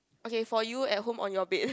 okay for you at home on your bed